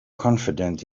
confident